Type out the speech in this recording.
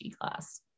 class